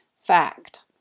Fact